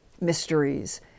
mysteries